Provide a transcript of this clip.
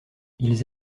ils